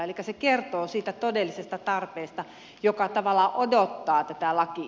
elikkä se kertoo siitä todellisesta tarpeesta joka tavallaan odottaa tätä lakia